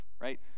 Right